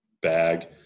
bag